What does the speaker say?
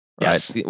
Yes